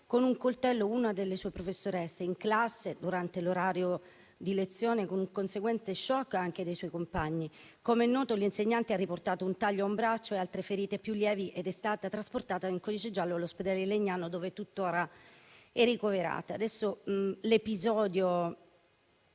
con un coltello una delle sue professoresse in classe, durante l'orario di lezione, con conseguente *shock* anche dei suoi compagni. Com'è noto, l'insegnante ha riportato un taglio a un braccio e altre ferite più lievi ed è stata trasportata in codice giallo all'ospedale di Legnano, dov'è ancora ricoverata. L'episodio,